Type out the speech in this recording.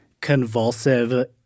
convulsive